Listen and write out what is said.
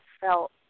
felt